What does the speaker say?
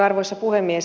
arvoisa puhemies